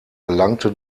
gelangte